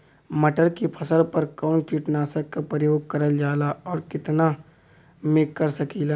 मटर के फसल पर कवन कीटनाशक क प्रयोग करल जाला और कितना में कर सकीला?